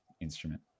instrument